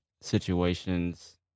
situations